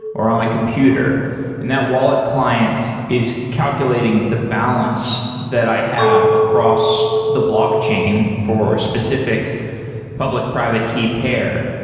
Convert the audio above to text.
or on my computer and that wallet client is calculating the balance that i have across the blockchain for a specific public private key payer,